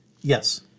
Yes